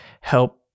help